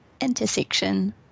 intersection